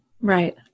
right